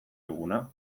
duguna